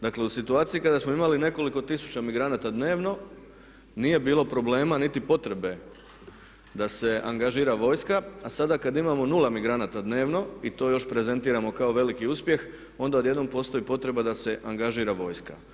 Dakle u situaciji kada smo imali nekoliko tisuća migranata dnevno nije bilo problema niti potrebe da se angažira vojska a sada kada imamo nula migranata dnevno i to još prezentiramo kao veliki uspjeh onda odjednom postoji potreba da se angažira vojska.